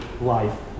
life